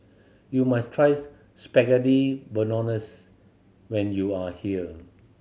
you must try Spaghetti Bolognese when you are here